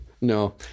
No